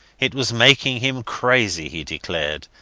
it was making him crazy, he declared,